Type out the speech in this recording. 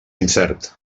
incert